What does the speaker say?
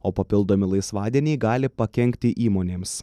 o papildomi laisvadieniai gali pakenkti įmonėms